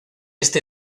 este